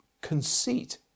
conceit